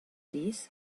this